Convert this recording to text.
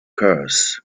curse